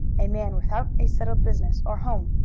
a man without a settled business or home,